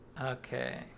Okay